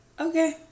okay